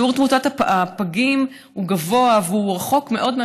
שיעור תמות הפגים גבוה ורחוק מאוד,